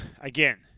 again